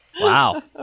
Wow